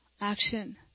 action